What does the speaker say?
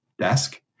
desk